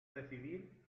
decidir